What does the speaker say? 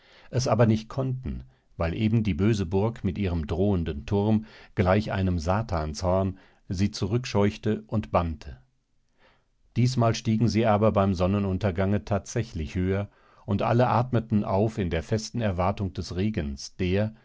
es aber nicht konnten weil eben die böse burg mit ihrem drohenden turm gleich einem satanshorn sie zurückscheuchte und bannte diesmal stiegen sie aber beim sonnenuntergange tatsächlich höher und alle atmeten auf in der festen erwartung des regens der